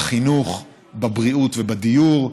בחינוך, בבריאות ובדיור.